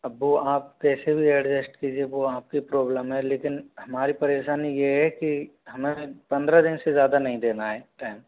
अब वो आप कैसे भी एडजस्ट कीजिए वह आप की प्रॉब्लम है लेकिन हमारी परेशानी यह है कि हमें पंद्रह दिन से ज़्यादा नहीं देना है टाइम